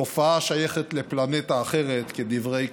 תופעה השייכת לפלנטה אחרת, כדברי ק.